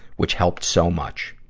which helped so much.